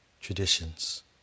traditions